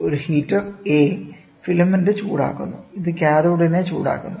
ഒരു heater A filament ചൂടാക്കുന്നു ഇത് കാഥോഡിനെ ചൂടാക്കുന്നു